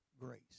grace